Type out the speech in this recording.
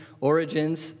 origins